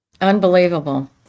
Unbelievable